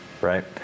Right